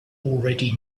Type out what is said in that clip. already